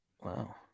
Wow